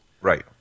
Right